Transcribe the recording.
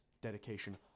dedication